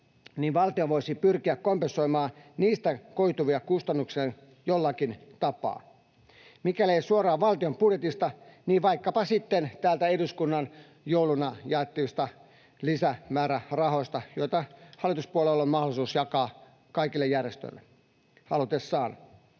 niin valtio voisi pyrkiä kompensoimaan niistä koituvia kustannuksia jollakin tapaa — mikäli ei suoraan valtion budjetista, niin vaikkapa sitten täältä eduskunnasta jouluna jaettavista lisämäärärahoista, joita hallituspuolueilla on mahdollisuus jakaa halutessaan kaikille järjestöille. Tässä